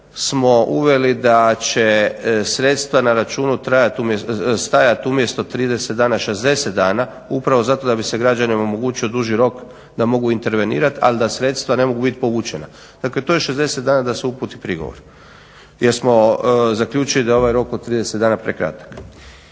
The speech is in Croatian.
smo uveli da će sredstva na računu stajati umjesto 30 dana 60 dana upravo zato da bi se građanima omogućio duži rok da mogu intervenirati, ali da sredstva ne mogu bit povučena. Dakle, to je 60 dana da se uputi prigovor jer smo zaključili da je ovaj rok od 30 dana prekratak.